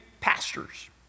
pastors